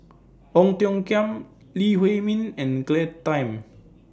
Ong Tiong Khiam Lee Huei Min and Claire Tham